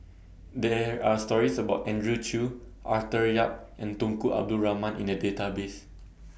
There Are stories about Andrew Chew Arthur Yap and Tunku Abdul Rahman in The Database